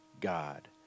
God